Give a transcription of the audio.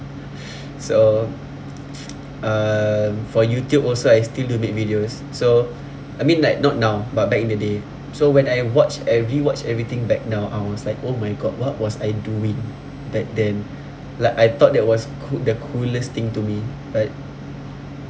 so um for Youtube also I still do make videos so I mean like not now but back in the day so when I watch I rewatch everything back now I was like oh my god what was I doing back then like I thought that was coo~ the coolest thing to me but